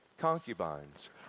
concubines